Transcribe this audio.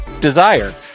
Desire